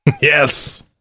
Yes